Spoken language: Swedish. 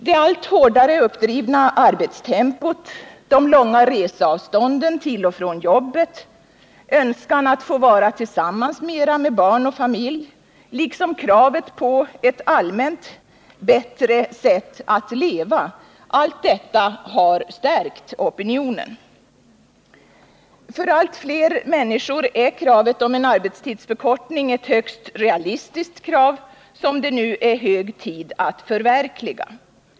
Det allt hårdare uppdrivna arbetstempot, de långa resavstånden till och från jobbet, önskan att få vara tillsammans med barn och familj liksom kravet på ett allmänt bättre sätt att leva, allt detta har stärkt opinionen. För allt fler människor är kravet på en arbetstidsförkortning ett högst realistiskt krav, som det nu är hög tid att förverkliga.